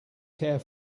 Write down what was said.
care